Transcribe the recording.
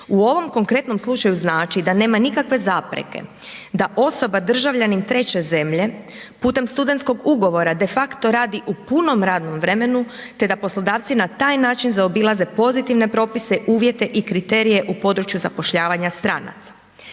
u ovom konkretnom slučaju znači da nema nikakve zapreke da osoba državljanin treće zemlje putem studentskog ugovora defakto radi u punom radnom vremenu, te da poslodavci na taj način zaobilaze pozitivne propise, uvjete i kriterije u području zapošljavanja stranaca.